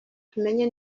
tumenye